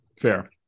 fair